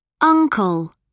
Uncle